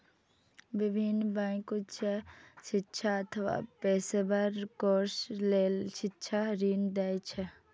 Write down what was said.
विभिन्न बैंक उच्च शिक्षा अथवा पेशेवर कोर्स लेल शिक्षा ऋण दै छै